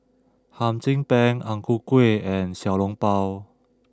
Hum Chim Peng Ang Ku Kueh and Xiao Long Bao